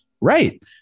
Right